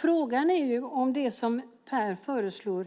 Frågan är alltså om det som Per föreslår